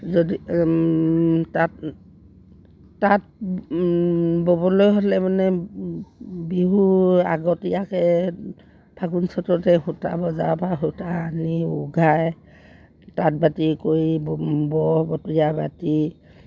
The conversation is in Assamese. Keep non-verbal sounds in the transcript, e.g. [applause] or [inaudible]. যদি তাঁত তাঁত ব'বলৈ হ'লে মানে বিহু আগতীয়াকে ফাগুন চ'ততে সূতা বজাৰ বা সূতা আনি উঘাই তাঁত বাতি কৰি বৰ [unintelligible]